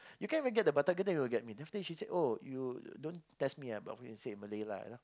you can't even get the batak girl then you want to get me then after that she say oh you don't test me ah but of couse he say in Malay lah you know